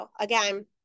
Again